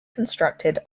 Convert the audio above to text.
constructed